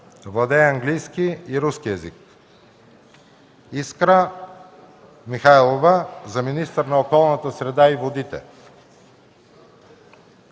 Владее английски и руски езици. - Искра Михайлова – министър на околната среда и водите.